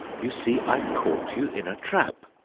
you see i've caught you in a trap!